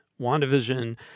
WandaVision